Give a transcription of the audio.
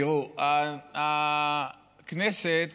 תראו, הכנסת